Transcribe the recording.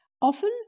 Often